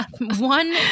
one